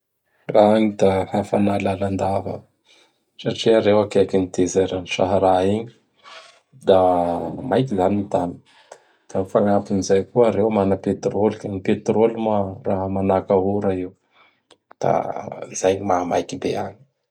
Agny da hafana lalandava satria reo akaikin dezera n Sahara igny; da maiky zany gn ny tany. Da gny fagnapin'izay koa reo mana petrôly ka n petrôly moa raha manaka ora io. Da zay gn maha may be agny.